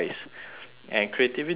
and creativity is